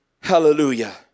Hallelujah